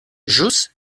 ĵus